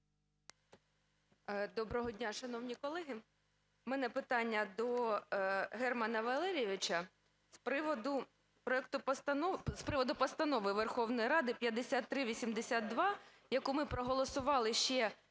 Доброго дня, шановні колеги. В мене питання до Германа Валерійовича з приводу Постанови Верховної Ради 5382, яку ми проголосували ще